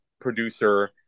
producer